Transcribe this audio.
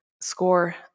score